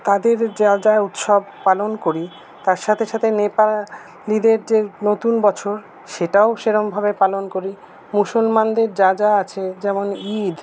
তাদের যা যা উৎসব পালন করি তার সাথে সাথে নেপালিদের যে নতুন বছর সেটাও সেরকমভাবে পালন করি মুসলমানদের যা যা আছে যেমন ঈদ